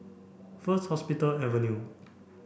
First Hospital Avenue